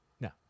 No